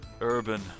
Urban